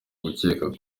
gukeka